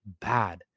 bad